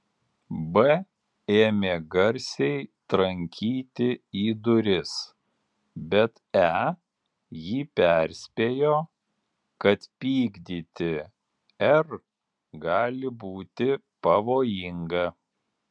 b ėmė garsiai trankyti į duris bet e jį perspėjo kad pykdyti r gali būti pavojinga